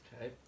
okay